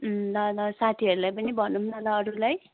अँ ल ल साथीहरूलाई पनि भनौँ न ल अरूलाई